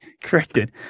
Corrected